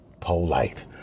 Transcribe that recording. Polite